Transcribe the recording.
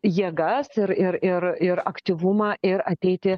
jėgas ir ir ir ir aktyvumą ir ateiti